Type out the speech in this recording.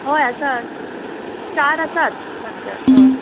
हय आसात चार आसात सद्द्या हय